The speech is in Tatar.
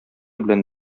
белән